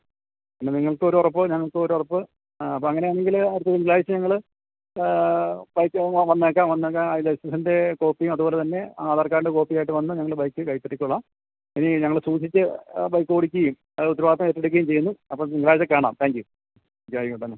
പിന്നെ നിങ്ങൾക്ക് ഒരു ഉറപ്പ് ഞങ്ങൾക്ക് ഒരു ഉറപ്പ് അപ്പം അങ്ങനെയാണങ്കിൽ അടുത്ത തിങ്കളാഴ്ച ഞങ്ങൾ പൈസേയും വന്നേക്കാം വന്നിട്ട് ലൈസൻസിൻ്റെ കോപ്പിയും അതുപോലെ തന്നെ ആധാർ കാർഡിൻ്റെ കോപ്പിയായിട്ട് വന്ന് ഞങ്ങൾ ബൈക്ക് കൈപ്പറ്റിക്കോളാം ഇനി ഞങ്ങൾ സൂക്ഷിച്ച് ബൈക്കോടിക്കുകയും ഉത്തരവാദിത്വം ഏറ്റെടുക്കുകയും ചെയ്യുന്നു അപ്പം തിങ്കളാഴ്ച്ച കാണാം താങ്ക് യൂ ഓക്കെ ആയിക്കോട്ടെന്നാൽ